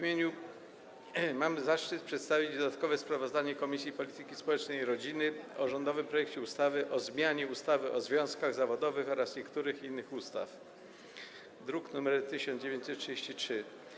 Mam zaszczyt przedstawić dodatkowe sprawozdanie Komisji Polityki Społecznej i Rodziny o rządowym projekcie ustawy o zmianie ustawy o związkach zawodowych oraz niektórych innych ustaw, druk nr 1933.